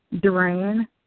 Duran